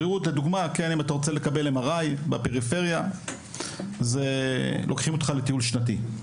בריאות לדוגמה אם אתה רוצה לקבל MRI בפריפריה לוקחים אותך לטיול שנתי,